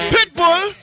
Pitbull